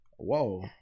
whoa